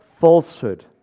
falsehood